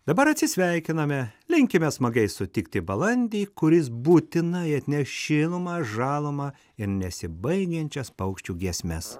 dabar atsisveikiname linkime smagiai sutikti balandį kuris būtinai atneš šilumą žalumą ir nesibaigiančias paukščių giesmes